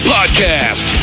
Podcast